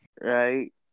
Right